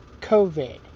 COVID